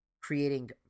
creating